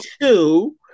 two